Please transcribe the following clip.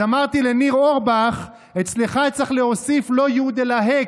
אז אמרתי לניר אורבך: אצלך צריך להוסיף לא יו"ד אלא ה"א,